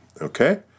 okay